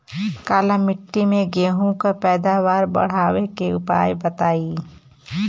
काली मिट्टी में गेहूँ के पैदावार बढ़ावे के उपाय बताई?